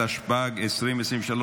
התשפ"ג 2023,